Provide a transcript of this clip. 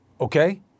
okay